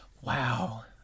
wow